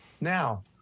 now